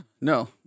no